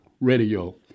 radio